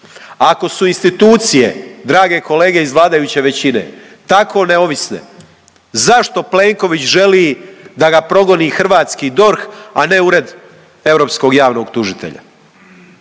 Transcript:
ako su institucije drage kolege iz vladajuće većine tako neovisne zašto Plenković želi da ga progoni hrvatski DORH, a ne Ured europskog javnog tužitelja?